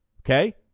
okay